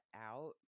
out